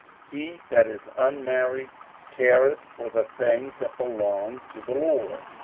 he that is unmarried careth for the things that belong to the lord,